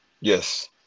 Yes